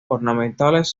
ornamentales